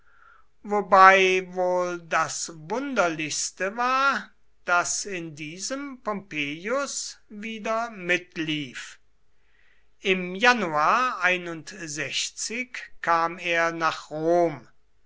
wobei wohl das wunderlichste war daß in diesem pompeius wieder mitlief im januar kam er nach rom